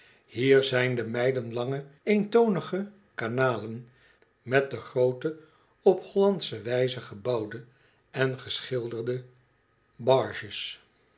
hier zijn de mijlenlange eentonige kanalen met de groote op hollandsche wijze gebouwde en geschilderde barges